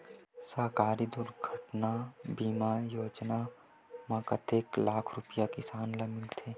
सहकारी दुर्घटना बीमा योजना म कतेक लाख रुपिया किसान ल मिलथे?